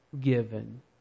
given